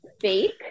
fake